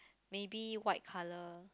maybe white colour